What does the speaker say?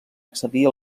accedir